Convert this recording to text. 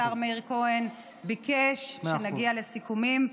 השר מאיר כהן ביקש שנגיע לסיכומים,